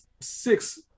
Six